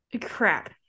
crap